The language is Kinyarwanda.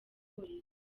polisi